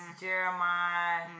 Jeremiah